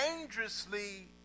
dangerously